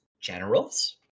generals